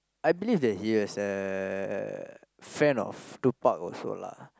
I believed that he has uh fan of Tupac also lah